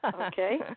Okay